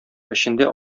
эчендә